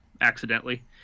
accidentally